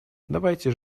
давайте